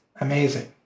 amazing